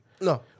No